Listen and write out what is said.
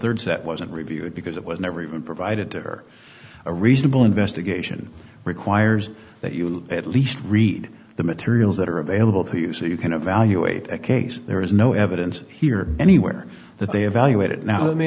third set wasn't reviewed because it was never even provided or a reasonable investigation requires that you at least read the materials that are available to you so you can evaluate a case there is no evidence here or anywhere that they evaluate it now let